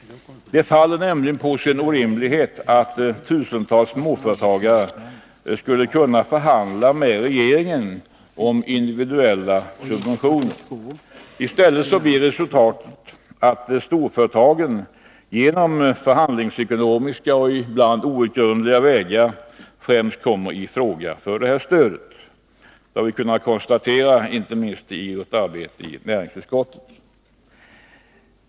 Det faller nämligen på sin egen orimlighet att tusentals småföretagare skulle kunna förhandla med regeringen om individuella subventioner. I stället blir resultatet att storföretagen på förhandlingsekonomiska och ibland outgrundliga vägar främst kommer i fråga för detta stöd. Det har vi kunnat konstatera, inte minst i vårt arbete i näringsutskottet.